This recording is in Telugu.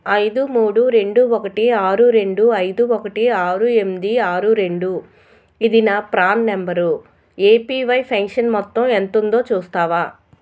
ఐదు మూడు రెండు ఒకటి ఆరు రెండు ఐదు ఒకటి ఆరు ఎంది ఆరు రెండు ఇది నా ప్రాణ్ నంబరు ఏపీవై పెన్షన్ మొత్తం ఎంతుందో చూస్తావా